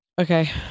Okay